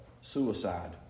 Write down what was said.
suicide